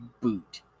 boot